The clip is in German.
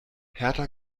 hertha